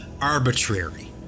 arbitrary